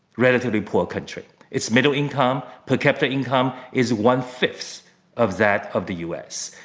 relatively poor country. it's middle income, per capita income, is one-fifth of that of the u. s.